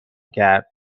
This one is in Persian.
کرد